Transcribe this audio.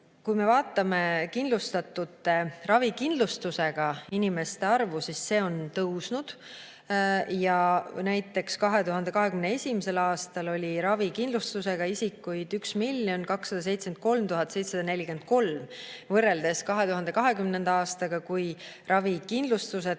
Kui me vaatame kindlustatute, ravikindlustusega inimeste arvu, siis see on tõusnud. Näiteks 2021. aastal oli ravikindlustusega isikuid 1 273 743, võrreldes 2020. aastaga, kui ravikindlustusega